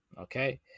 Okay